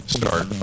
start